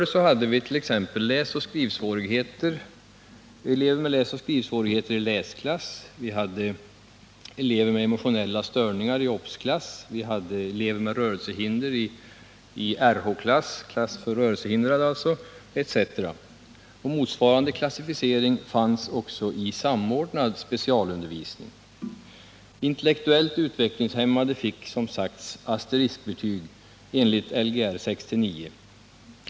Förr hade vi t.ex. elever med läsoch skrivsvårigheter i läsklass, elever med emotionella störningar i obs-klass, elever med rörelsehinder i rh-klass etc. Motsvarande klassificering fanns också i samordnad specialundervisning. Intellektuellt utvecklingshämmade fick, som tidigare nämnts, asteriskbetyg enligt Lgr 69.